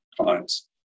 clients